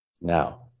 now